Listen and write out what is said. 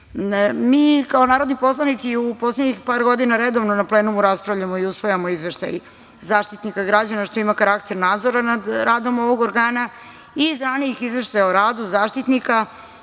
kao narodni poslanici, u poslednjih par godina, redovno na plenumu raspravljamo i usvajamo izveštaj Zaštitnika građana, što ima karakter nadzora nad radom ovog organa. Iz ranijih izveštaja o radu Zaštitnika